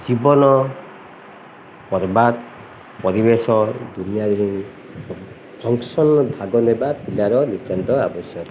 ଜୀବନ ବର୍ବାଦ୍ ପରିବେଶ ଦୁନିଆ ଫଙ୍କସନ୍ ଭାଗ ନେବା ପିଲାର ନିତାନ୍ତ ଆବଶ୍ୟକ